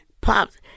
Pops